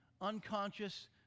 unconscious